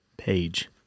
Page